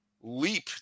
leap